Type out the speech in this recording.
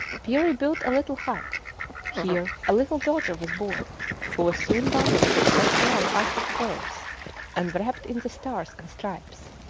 peary built a little hut here a little daughter was born who was soon bundled in soft warm arctic furs and wrapped in the stars and stripes.